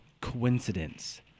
coincidence